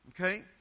okay